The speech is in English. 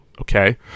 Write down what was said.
Okay